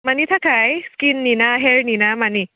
मानि थाखाय स्किननि ना हेयारनि ना मानि